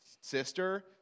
sister